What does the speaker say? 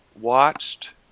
watched